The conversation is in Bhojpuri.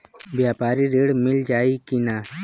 व्यापारी ऋण मिल जाई कि ना?